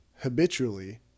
habitually